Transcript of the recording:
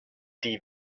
die